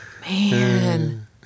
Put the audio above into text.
Man